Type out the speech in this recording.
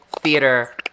theater